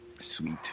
Sweet